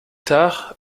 tard